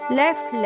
left